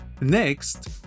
Next